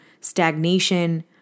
stagnation